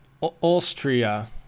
Austria